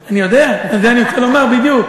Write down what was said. אני יודע, את זה אני רוצה לומר, בדיוק.